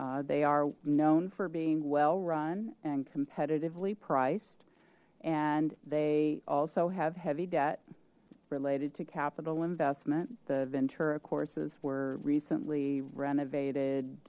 competition they are known for being well run and competitively priced and they also have heavy debt related to capital investment the ventura courses were recently renovated